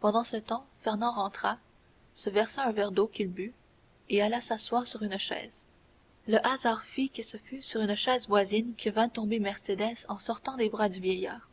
pendant ce temps fernand rentra se versa un verre d'eau qu'il but et alla s'asseoir sur une chaise le hasard fit que ce fut sur une chaise voisine que vint tomber mercédès en sortant des bras du vieillard